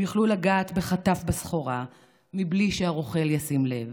יוכלו לגעת בחטף בסחורה בלי שהרוכל ישים לב,